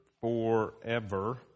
forever